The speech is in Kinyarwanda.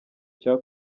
cya